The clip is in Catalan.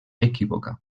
equívoca